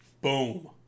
Boom